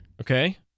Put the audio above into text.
Okay